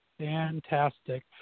Fantastic